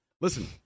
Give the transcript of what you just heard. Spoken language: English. Listen